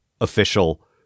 official